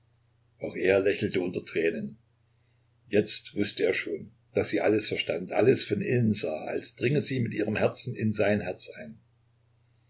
auch er lächelte unter tränen jetzt wußte er schon daß sie alles verstand alles von innen sah als dringe sie mit ihrem herzen in sein herz ein